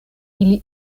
ili